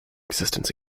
existence